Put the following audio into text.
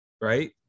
right